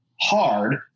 hard